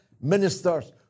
ministers